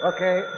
Okay